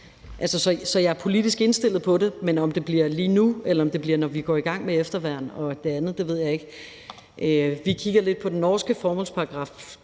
Så jeg er politisk indstillet på det, men om det bliver lige nu, eller om det bliver, når vi går i gang med efterværn og det andet, ved jeg ikke. Vi kigger lidt på den norske formålsparagraf